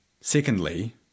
Secondly